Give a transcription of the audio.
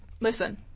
listen